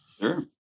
Sure